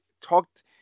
talked